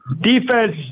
defense